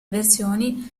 versioni